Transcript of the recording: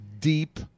deep